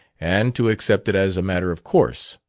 and to accept it as a matter of course.